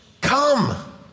Come